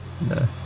No